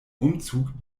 umzug